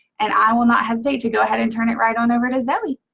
and i will not hesitate to go ahead and turn it right on over to zoe.